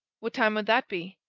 what time would that be?